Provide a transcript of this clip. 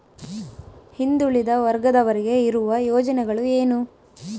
ಹಿಂದುಳಿದ ವರ್ಗದವರಿಗೆ ಇರುವ ಯೋಜನೆಗಳು ಏನು?